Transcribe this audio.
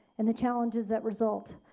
and the challenges that result.